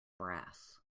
brass